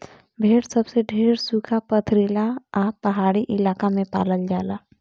भेड़ सबसे ढेर सुखा, पथरीला आ पहाड़ी इलाका में पालल जाला